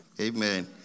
Amen